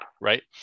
right